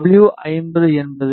W 50 என்பது 2